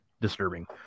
disturbing